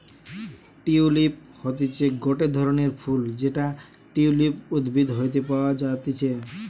tulip হতিছে গটে ধরণের ফুল যেটা টিউলিপ উদ্ভিদ হইতে পাওয়া যাতিছে